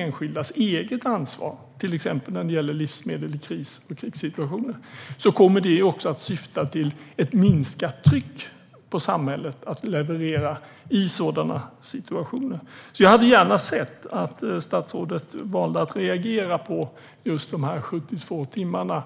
enskildas eget ansvar, till exempel när det gäller livsmedel i en kris eller en krigssituation, kommer det också att syfta till ett minskat tryck på samhället att leverera i sådana lägen. Jag hade gärna sett att statsrådet valt att reagera på detta med de 72 timmarna.